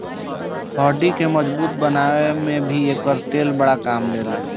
हड्डी के मजबूत बनावे में भी एकर तेल बड़ा काम देला